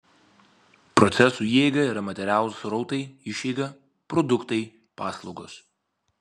procesų įeiga yra materialūs srautai išeiga produktai paslaugos